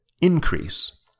increase